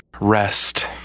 rest